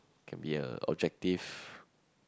can be a objective